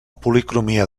policromia